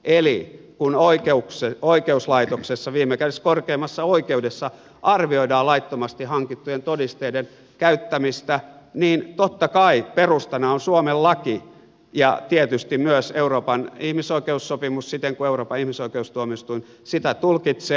eli kun oikeuslaitoksessa viime kädessä korkeimmassa oikeudessa arvioidaan laittomasti hankittujen todisteiden käyttämistä niin totta kai perustana on suomen laki ja tietysti myös euroopan ihmisoikeussopimus siten kuin euroopan ihmisoikeustuomioistuin sitä tulkitsee